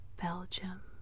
Belgium